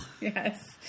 Yes